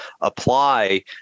apply